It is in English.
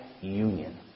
union